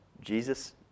Jesus